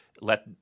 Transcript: let